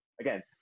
again